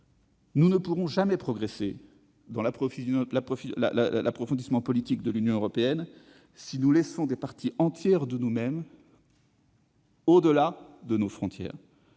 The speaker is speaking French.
Nous ne pourrons jamais progresser dans l'approfondissement politique de l'Union européenne si nous laissons des parties entières de nous-mêmes au-delà de nos frontières.